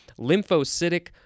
lymphocytic